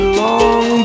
long